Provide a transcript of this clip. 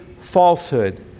falsehood